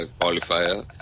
qualifier